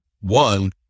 One